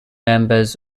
members